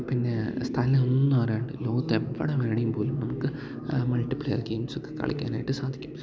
പിന്നെ സ്ഥലം ഒന്നുമറിയാണ്ട് ലോകത്തെവിടെ വേണമെങ്കില്പ്പോലും നമുക്ക് മൾട്ടി പ്ലെയർ ഗെയിംസൊക്കെ കളിക്കാനായിട്ടു സാധിക്കും